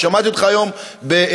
אני שמעתי אותך היום באודיטוריום,